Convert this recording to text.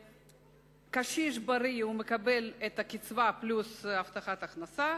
קשיש בריא מקבל את הקצבה פלוס הבטחת הכנסה,